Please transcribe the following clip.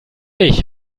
ich